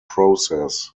process